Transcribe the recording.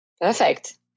Perfect